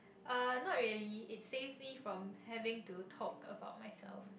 uh not really it saves me from having to talk about myself